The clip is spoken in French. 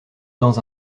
dans